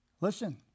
Listen